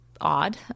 odd